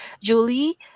Julie